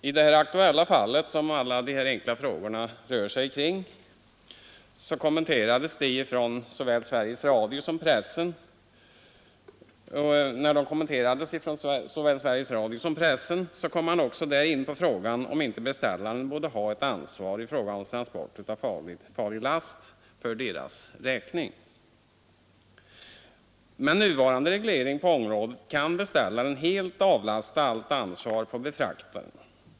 I det aktuella fallet kom såväl Sveriges Radio som pressen i sina kommentarer in på frågan, om inte beställaren borde ha ett ansvar för transport av farlig last för hans räkning. Med nuvarande reglering på området kan beställaren lägga allt ansvar på befraktaren.